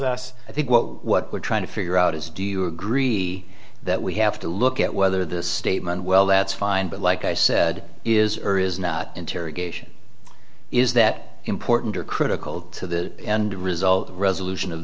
us i think well what we're trying to figure out is do you agree that we have to look at whether the statement well that's fine but like i said is or is not interrogation is that important or critical to the end result resolution of